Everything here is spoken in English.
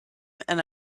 and